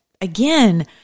again